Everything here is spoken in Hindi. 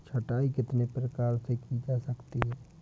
छँटाई कितने प्रकार से की जा सकती है?